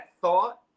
thought